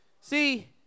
See